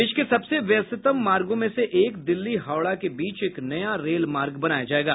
देश के सबसे व्यस्ततम मार्गो में से एक दिल्ली हावड़ा के बीच एक नया रेल मार्ग बनाया जायेगा